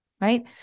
right